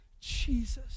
Jesus